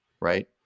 Right